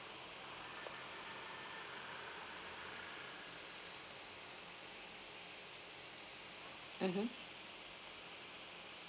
mmhmm